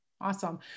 awesome